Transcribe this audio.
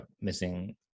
missing